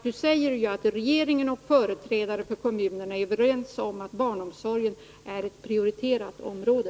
Ni säger ju att regeringen och företrädare för kommunerna är överens om att barnomsorgen är ett prioriterat område.